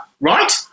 right